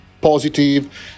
positive